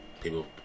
People